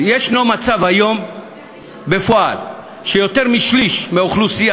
יש מצב היום בפועל שיותר משליש מהאוכלוסייה